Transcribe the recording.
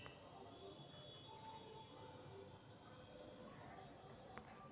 आर्थिक अर्थशास्त्र के मांग पहिले के अपेक्षा बहुते बढ़लइ ह